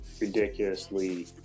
ridiculously